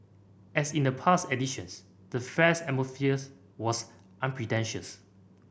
as in the past editions the fair's atmospheres was unpretentious